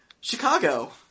Chicago